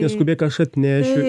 neskubėk aš atnešiu